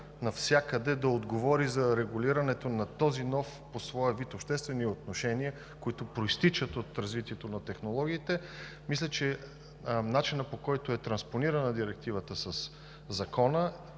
навсякъде да отговори за регулирането на тези нови по своя вид обществени отношения, които произтичат от развитието на технологиите, мисля, че начинът, по който е транспонирана Директивата със Закона,